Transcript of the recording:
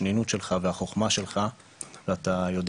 בשנינות שלך והחוכמה שלך אתה יודע